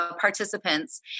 participants